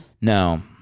No